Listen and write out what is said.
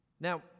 Now